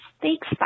Thanks